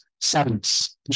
sevens